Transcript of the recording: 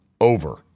over